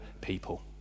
people